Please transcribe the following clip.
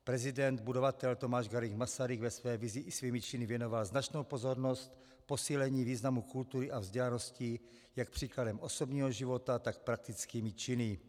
Prezident budovatel Tomáš Garrigue Masaryk ve své vizi i svými činy věnoval značnou pozornost posílení významu kultury a vzdělanosti jak příkladem osobního života, tak praktickými činy.